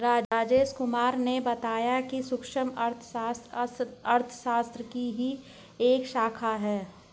राजेश कुमार ने बताया कि सूक्ष्म अर्थशास्त्र अर्थशास्त्र की ही एक शाखा है